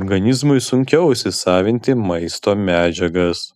organizmui sunkiau įsisavinti maisto medžiagas